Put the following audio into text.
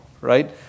right